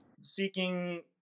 seeking